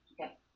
Okay